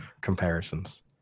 comparisons